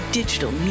digital